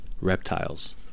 Reptiles